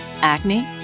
acne